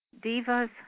divas